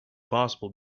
possible